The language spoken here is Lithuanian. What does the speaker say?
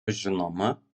žinoma